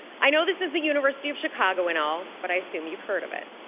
i know this is the university of chicago and all. but i assume you've heard of it,